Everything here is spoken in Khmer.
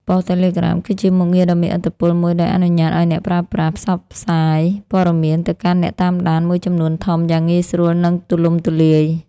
ប៉ុស្តិ៍ Telegram គឺជាមុខងារដ៏មានឥទ្ធិពលមួយដែលអនុញ្ញាតឲ្យអ្នកប្រើប្រាស់ ផ្សព្វផ្សាយព័ត៌មានទៅកាន់អ្នកតាមដានមួយចំនួនធំ យ៉ាងងាយស្រួល និងទូលំទូលាយ។